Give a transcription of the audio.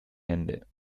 hände